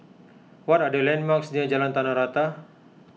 what are the landmarks near Jalan Tanah Rata